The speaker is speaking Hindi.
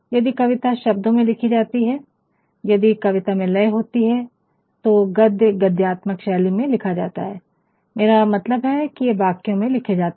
यदि कविता शब्दों में लिखी जाती है यदि कविता में लय होती है तो गद्य गद्यात्मक शैली में लिखा जाता है मेरा मतलब है कि ये वाक्यों में लिखे जाते है